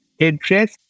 address